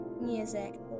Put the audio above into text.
music